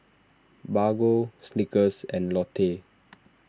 Bargo Snickers and Lotte